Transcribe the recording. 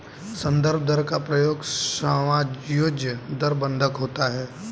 संदर्भ दर का प्रयोग समायोज्य दर बंधक होता है